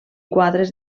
quadres